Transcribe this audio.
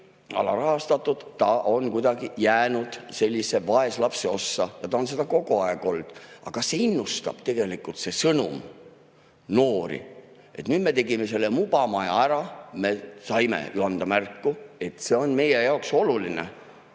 ta on kuidagi jäänud sellisesse vaeslapse ossa ja ta on seda kogu aeg olnud. Aga see sõnum tegelikult innustab noori, et nüüd me tegime MUBA maja ära. Me saime anda märku, et see on meie jaoks oluline.